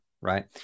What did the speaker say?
right